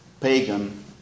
pagan